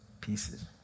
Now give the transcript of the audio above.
pieces